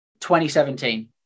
2017